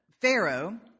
pharaoh